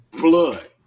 Blood